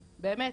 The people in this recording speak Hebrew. באמת,